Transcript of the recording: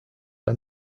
are